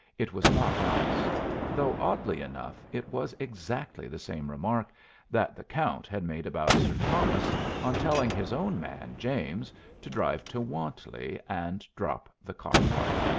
it was not nice though oddly enough it was exactly the same remark that the count had made about sir thomas on telling his own man james to drive to wantley and drop the cock-fight.